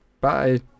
Bye